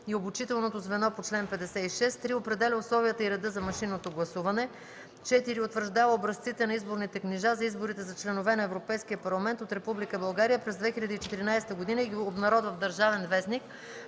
и обучителното звено по чл. 56; 3. определя условията и реда за машинното гласуване; 4. утвърждава образците на изборните книжа за изборите за членове на Европейския парламент от Република България през 2014 г. и ги обнародва в „Държавен вестник”;